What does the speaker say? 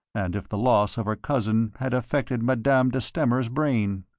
and if the loss of her cousin had affected madame de stamer's brain.